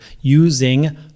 using